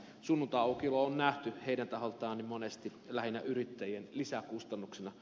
sunnuntaiaukiolo on nähty heidän taholtaan monesti lähinnä yrittäjien lisäkustannuksina